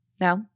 No